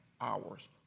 hours